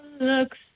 looks